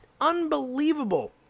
Unbelievable